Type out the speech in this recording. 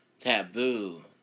taboo